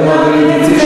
אראל מרגלית,